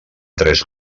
tres